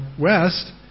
west